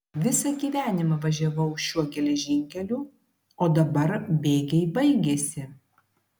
visą gyvenimą važiavau šiuo geležinkeliu o dabar bėgiai baigėsi